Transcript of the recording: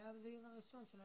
הוא היה בדיון הראשון.